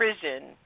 prison